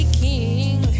king